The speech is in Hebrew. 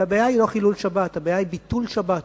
והבעיה היא לא חילול שבת, הבעיה היא ביטול שבת.